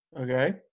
Okay